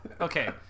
okay